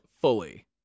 Fully